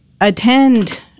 attend